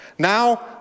Now